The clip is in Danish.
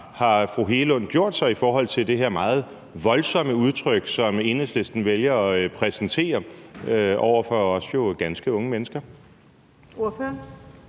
har fru Anne Hegelund gjort sig i forhold til det her meget voldsomme udtryk, som Enhedslisten vælger at præsentere over for også ganske unge mennesker? Kl.